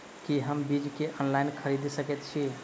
की हम बीज केँ ऑनलाइन खरीदै सकैत छी?